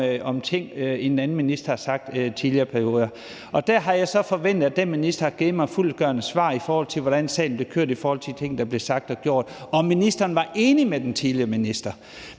om ting, som en anden minister har sagt i tidligere perioder. Da har jeg så forventet, at den minister har givet mig et fyldestgørende svar, i forhold til hvordan sagen blev kørt med hensyn til de ting, der blev sagt og gjort, og spurgt, om ministeren var enig med den tidligere minister.